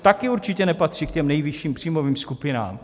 Také určitě nepatří k těm nejvyšším příjmovým skupinám.